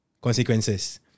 consequences